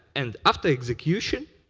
and after execution,